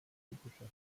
typischer